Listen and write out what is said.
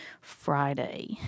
Friday